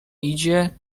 idzie